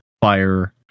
fire